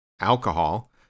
alcohol